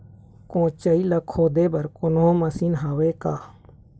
कोचई ला खोदे बर कोन्हो मशीन हावे का?